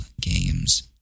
games